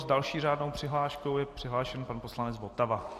S další řádnou přihláškou je přihlášen pan poslanec Votava.